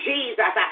Jesus